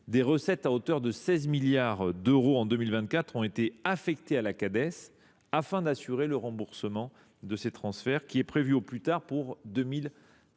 Des recettes à hauteur de 16 milliards d’euros en 2024 ont été affectées à la Cades, afin d’assurer le remboursement de ces transferts, remboursement qui est prévu au plus tard pour 2033.